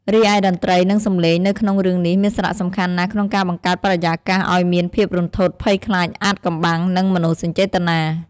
រីឯតន្ត្រី និងសំឡេងនៅក្នុងរឿងនេះមានសារៈសំខាន់ណាស់ក្នុងការបង្កើតបរិយាកាសអោយមានភាពរន្ធត់ ភ័យខ្លាច អាថ៌កំបាំង និងមនោសញ្ចេតនា ។